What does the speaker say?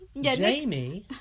Jamie